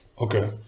okay